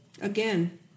Again